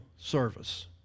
service